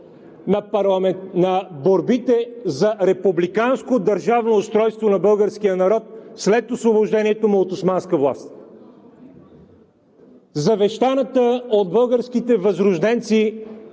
на борбата за републиканско държавно устройство на българския народ след освобождението му от османска власт. Не се реализира завещаната от българските възрожденци